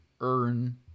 earn